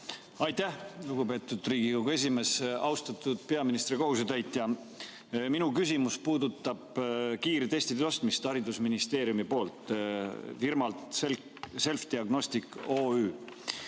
Aitäh, lugupeetud Riigikogu esimees! Austatud peaministri kohusetäitja! Minu küsimus puudutab kiirtestide ostmist haridusministeeriumi poolt firmalt Selfdiagnostics OÜ.